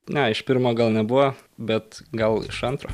ne iš pirmo gal nebuvo bet gal iš antro